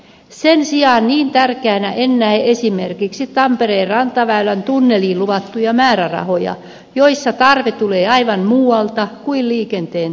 sen sijaan niin tärkeinä en näe esimerkiksi tampereen rantaväylän tunneliin luvattuja määrärahoja joissa tarve tulee aivan muualta kuin liikenteen tarpeista